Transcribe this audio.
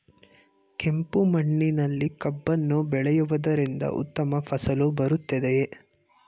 ಕೆಂಪು ಮಣ್ಣಿನಲ್ಲಿ ಕಬ್ಬನ್ನು ಬೆಳೆಯವುದರಿಂದ ಉತ್ತಮ ಫಸಲು ಬರುತ್ತದೆಯೇ?